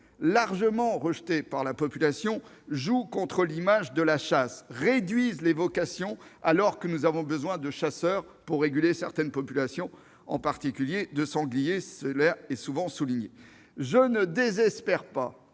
largement rejetées par la population, jouent contre l'image de la chasse ; elles réduisent les vocations alors que nous avons besoin de chasseurs pour réguler certaines populations de gibier, en particulier de sangliers. Je ne désespère pas,